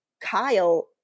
Kyle